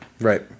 Right